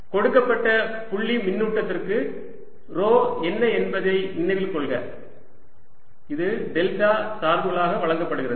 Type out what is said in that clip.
கொடுக்கப்பட்ட புள்ளி மின்னூட்டத்திற்கு ρ என்ன என்பதை நினைவில் கொள்க இது டெல்டா சார்புகளாக வழங்கப்படுகிறது